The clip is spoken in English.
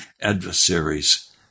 adversaries